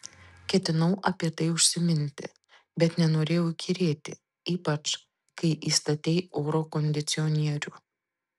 ketinau apie tai užsiminti bet nenorėjau įkyrėti ypač kai įstatei oro kondicionierių